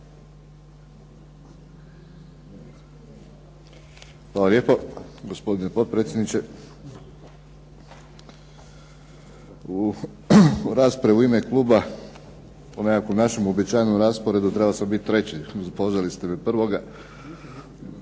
Hvala lijepo. Gospodine potpredsjedniče. U raspravi u ime kluba po nekakvom našem uobičajenom rasporedu trebao sam biti treći. Pozvali ste me prvoga.